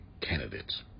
candidates